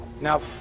Now